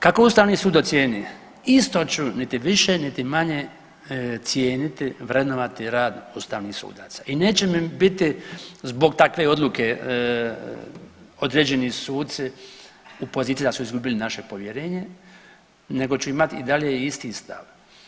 Kako ustavni sud ocijeni isto ću, niti više, niti manje cijeniti, vrednovati rad ustavnih sudaca i neće mi biti zbog takve odluke određeni suci u poziciji da su izgubili naše povjerenje, nego će imati i dalje isti stav.